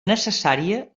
necessària